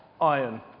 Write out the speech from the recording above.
iron